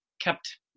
kept